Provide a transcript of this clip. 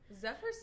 Zephyr